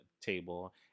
table